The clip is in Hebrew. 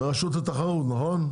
רשות התחרות, נכון?